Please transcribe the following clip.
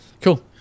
Cool